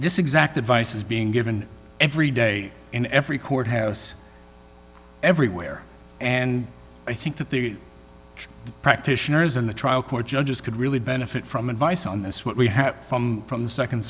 this exact advice is being given every day in every courthouse everywhere and i think that the practitioners in the trial court judges could really benefit from advice on this what we have from from the